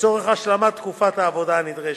לצורך השלמת תקופת העבודה הנדרשת.